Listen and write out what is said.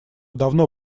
давно